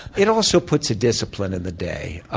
it also puts a discipline in the day.